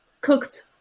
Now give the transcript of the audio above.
cooked